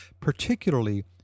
particularly